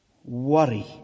worry